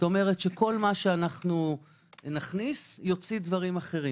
כלומר כל מה שנכניס יוציא דברים בחשבון.